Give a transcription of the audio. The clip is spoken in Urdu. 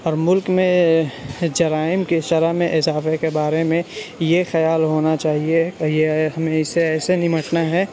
اور ملک میں جرائم کی شرح میں اضافے کے بارے میں یہ خیال ہونا چاہیے یہ ہمیں اس سے ایسے نمٹنا ہے